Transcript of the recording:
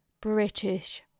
British